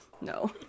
no